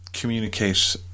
communicate